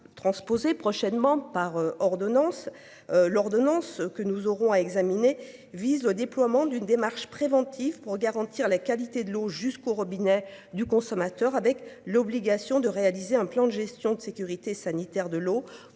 transposé prochainement par ordonnance. L'ordonnance que nous aurons à examiner vise le déploiement d'une démarche préventive pour garantir la qualité de l'eau jusqu'au robinet du consommateur avec l'obligation de réaliser un plan de gestion de sécurité sanitaire de l'eau